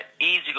easy